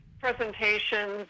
Presentations